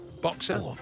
Boxer